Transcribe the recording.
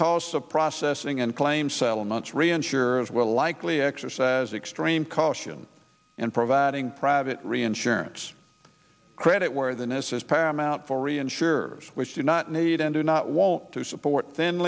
costs of processing and claim settlements reinsurance will likely exercise extreme caution in providing private reinsurance credit where this is paramount for reinsurers which do not need and do not want to support thin